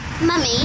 Mummy